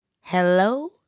Hello